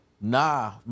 Nah